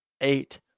eight